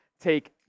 take